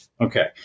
okay